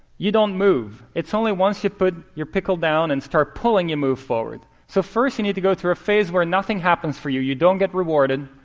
you don't move. it's only once you put your pickle down and start pulling you move forward. so first, you need to go through a phase where nothing happens for you. you don't get rewarded.